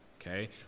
okay